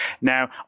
Now